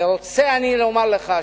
ורוצה אני לומר לך,